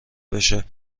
بشه